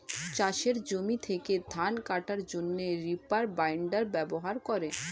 চাষের জমি থেকে ধান কাটার জন্যে রিপার বাইন্ডার ব্যবহার করে